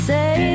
Say